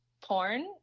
porn